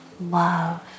love